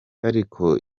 ariko